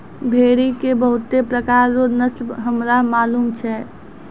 भेड़ी के बहुते प्रकार रो नस्ल हमरा मालूम छै